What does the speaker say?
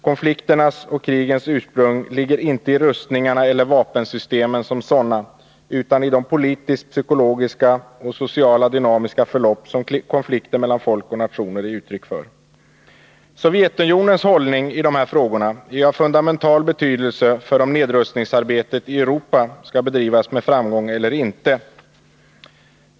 Konflikternas och krigens ursprung ligger inte i rustningarna eller vapensystemen som sådana utan i de politiskt-psykologiska och sociala dynamiska förlopp som konflikter mellan folk och nationer är uttryck för. Sovjetunionens hållning i dessa frågor är av fundamental betydelse för om nedrustningsarbetet i Europa skall kunna bedrivas med framgång eller inte.